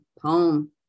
poem